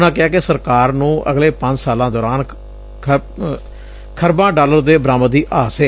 ਉਨ੍ਹਾਂ ਕਿਹਾ ਕਿ ਸਰਕਾਰ ਨੂੰ ਅਗਲੇ ਪੰਜ ਸਾਲਾਂ ਦੌਰਾਨ ਖਰਬਾਂ ਡਾਲਰ ਦੇ ਬਰਾਮਦ ਦੀ ਆਸ ਏ